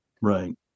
Right